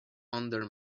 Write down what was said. under